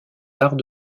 arts